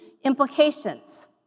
implications